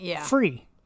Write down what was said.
free